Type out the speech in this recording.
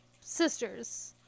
sisters